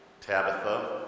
Tabitha